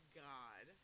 god